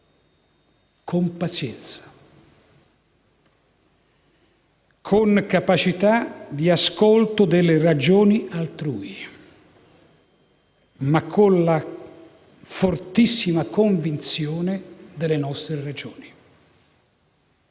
con pazienza, con capacità di ascolto delle ragioni altrui, e con la fortissima convinzione delle nostre ragioni,